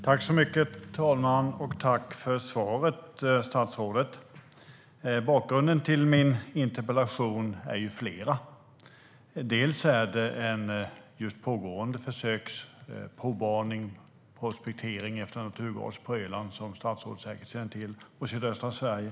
Fru talman! Tack, för svaret, statsrådet! Bakgrunderna till min interpellation är flera. En bakgrund är att det är en pågående provborrning, prospektering, efter naturgas på Öland, som statsrådet säkert känner till, och i sydöstra Sverige.